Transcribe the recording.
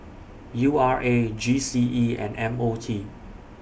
U R A G C E and M O T